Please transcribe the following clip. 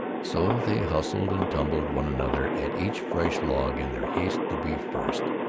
so they hustled and tumbled one another at each fresh log in their haste to be first,